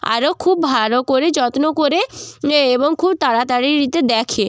আরও খুব ভালো করে যত্ন করে এ এবং খুব তাড়াতাড়িতে দেখে